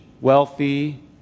wealthy